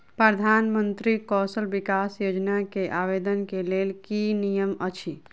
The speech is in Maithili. प्रधानमंत्री कौशल विकास योजना केँ आवेदन केँ लेल की नियम अछि?